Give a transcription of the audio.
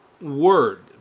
word